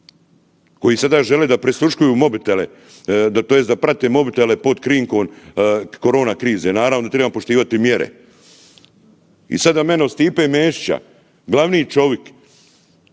koji sada žele da prisluškuju mobitele, tj. da prate mobitele pod krinkom korona krize. Naravno da treba poštivati mjere i sada meni od Stipe Mesića, glavni čovjek